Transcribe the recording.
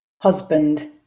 Husband